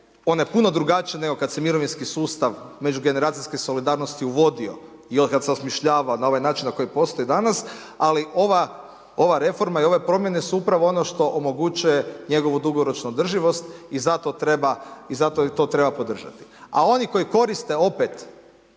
ona je puno drugačija nego kad se mirovinski sustav međugeneracijske solidarnosti uvodio i od kad se osmišljava na ovaj način na koji postoji danas, ali ova reforma i ove promjene su upravo ono što omogućuje njegovu dugoročnu održivost i zato treba to podržati. A oni koji koriste opet